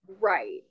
Right